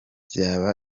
byaba